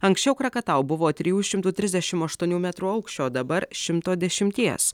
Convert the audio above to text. anksčiau krakatau buvo trijų šimtų trisdešim ašuonių metrų aukščio o dabar šimto dešimties